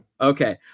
Okay